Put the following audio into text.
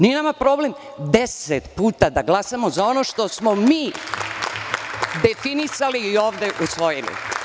Nije nama problem deset puta da glasamo za ono što smo mi definisali i ovde usvojili.